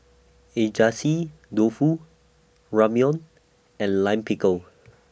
Dofu Ramyeon and Lime Pickle